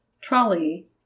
Trolley